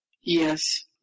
Yes